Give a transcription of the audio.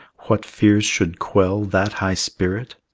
what fears should quell that high spirit?